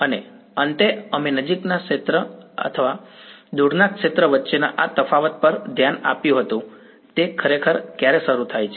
અને અંતે અમે નજીકના ક્ષેત્ર અને દૂરના ક્ષેત્ર વચ્ચેના આ તફાવત પર ધ્યાન આપ્યું હતું કે તે ખરેખર ક્યારે શરૂ થાય છે